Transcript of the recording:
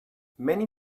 many